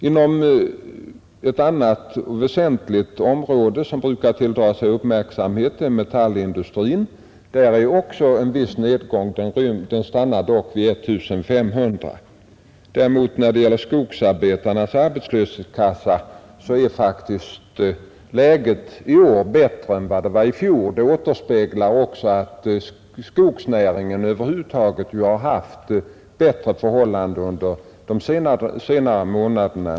Inom metallindustrin — ett annat väsentligt område som brukar tilldra sig uppmärksamhet — har vi också noterat en viss uppgång. Den stannar nadspolitikens syften och inriktning dock vid siffran 1 500. När det gäller arbetslösheten bland skogsarbetarna kan sägas att läget i år är något bättre än det var i fjol. Detta återspeglar att det inom skogsnäringen rått bättre förhållanden under de senare månaderna.